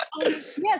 Yes